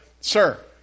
sir